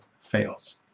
fails